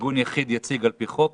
ארגון יציג יחיד על פי חוק,